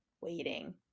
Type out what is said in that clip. waiting